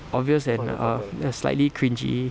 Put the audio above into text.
obvious and uh they're slightly cringey